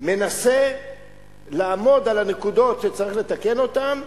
מנסה לעמוד על הנקודות שצריך לתקן אותן,